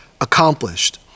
accomplished